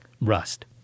rust